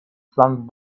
flung